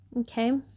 Okay